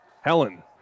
Helen